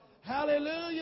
Hallelujah